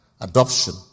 adoption